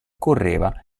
correva